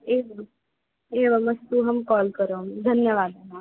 एवम् एवमस्तु अहं कोल् करोमि धन्यवादः